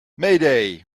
mayday